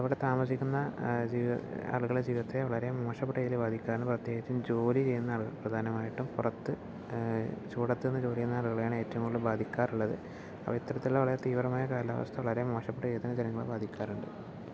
ഇവിടെ താമസിക്കുന്ന ജീവി ആളുകളുടെ ജീവിതത്തെ വളരെ മോശപ്പെട്ട രീതിയിൽ ബാധിക്കാന്നു പ്രത്യേകിച്ചും ജോലി ചെയുന്ന ആളുകൾ പ്രധാനമായിട്ടും പുറത്ത് ചൂടത്ത് നിന്ന് ജോലി ചെയ്യുന്ന ആളുകളെയാണ് ഏറ്റവും കൂടുതൽ ബാധിക്കാറുള്ളത് അപ്പോൾ ഇത്തരത്തിലുള്ള വളരെ തീവ്രമായ കാലാവസ്ഥ വളരെ മോശപ്പെട്ട രീതിയിൽ തന്നെ ജനങ്ങളെ ബാധിക്കാറുണ്ട്